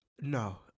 No